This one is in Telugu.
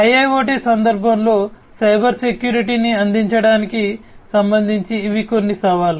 IIoT సందర్భంలో సైబర్ సెక్యూరిటీని అందించడానికి సంబంధించి ఇవి కొన్ని సవాళ్లు